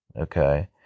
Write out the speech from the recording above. okay